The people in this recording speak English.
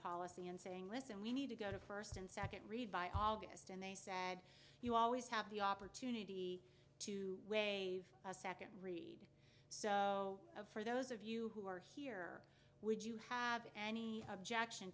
policy and saying listen we need to go to first and second read by august and they said you always have the opportunity to waive a second read so for those of you who are here would you have any objection